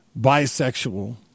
bisexual